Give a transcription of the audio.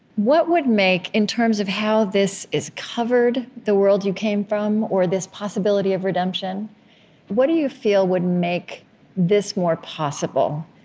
what would make in terms of how this is covered, the world you came from, or this possibility of redemption what do you feel would make this more possible,